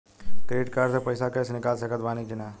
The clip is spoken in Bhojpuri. क्रेडिट कार्ड से पईसा कैश निकाल सकत बानी की ना?